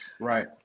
Right